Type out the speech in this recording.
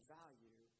value